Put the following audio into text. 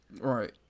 Right